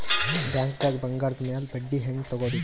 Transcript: ಬ್ಯಾಂಕ್ದಾಗ ಬಂಗಾರದ್ ಮ್ಯಾಲ್ ಬಡ್ಡಿ ಹೆಂಗ್ ತಗೋಬೇಕ್ರಿ?